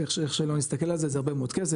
איך שלא נסתכל על זה זה הרבה מאוד כסף,